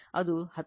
ಅದು 19